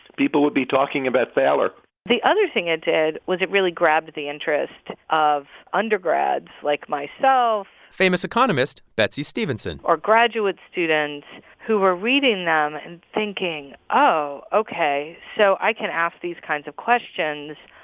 people would be talking about thaler the other thing it did was it really grabbed the interest of undergrads, like myself. famous economist betsey stevenson. or graduate students who are reading and thinking oh, ok. so i can ask these kinds of questions.